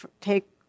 take